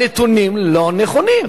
הנתונים לא נכונים.